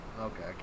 Okay